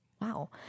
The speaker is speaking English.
wow